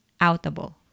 outable